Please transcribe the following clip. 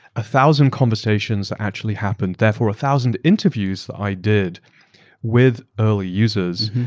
a thousand conversations actually happened, therefore, a thousand interviews i did with early users,